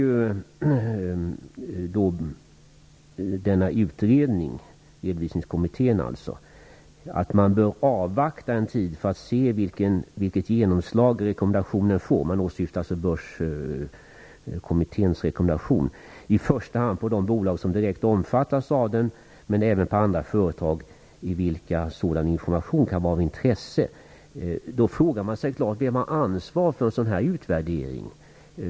Nu skriver ju Redovisningskommittén att man bör avvakta en tid för att se vilket genomslag rekommendationen får, i första hand på de bolag som direkt omfattas av den men även på andra företag i vilka sådan information kan vara av intresse. Det är alltså börskommitténs rekommendation som åsyftas. Då frågar man sig vem som har ansvar för en sådan utvärdering.